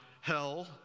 hell